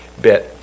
bit